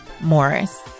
Morris